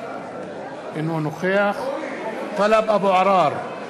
אינו נוכח טלב אבו עראר,